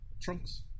trunks